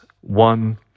One